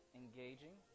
engaging